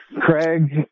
Craig